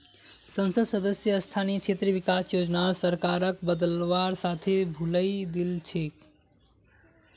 संसद सदस्य स्थानीय क्षेत्र विकास योजनार सरकारक बदलवार साथे भुलई दिल छेक